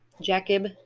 Jacob